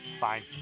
fine